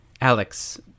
Alex